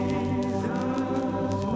Jesus